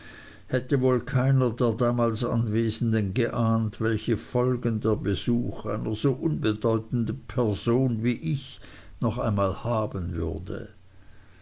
hätte wohl keiner der damals anwesenden geahnt welche folgen der besuch einer so unbedeutenden person wie ich noch einmal haben würde